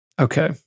Okay